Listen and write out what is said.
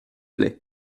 plait